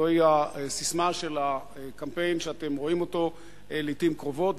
זוהי הססמה של הקמפיין שאתם רואים לעתים קרובות,